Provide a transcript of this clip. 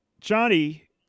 Johnny